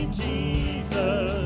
jesus